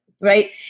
right